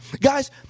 Guys